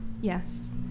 Yes